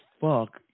fuck